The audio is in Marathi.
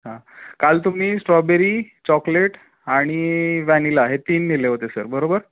हां काल तुम्ही स्ट्रॉबेरी चॉकलेट आणि व्हॅनिला हे तीन नेले होते सर बरोबर